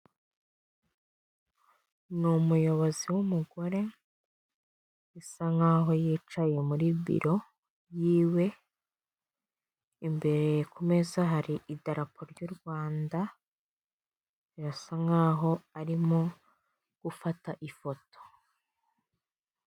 Ni umuyobozi w'umugore, bisa nk'aho yicaye muri biro yiwe, imbere ku meza hari idarapo ry'u Rwanda, birasa nk'aho arimo gufata ifoto.